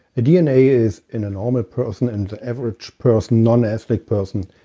the dna is in a normal person, and the average person, non-athletic person,